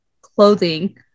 clothing